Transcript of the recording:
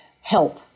help